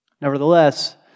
Nevertheless